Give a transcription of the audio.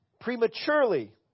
prematurely